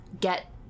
get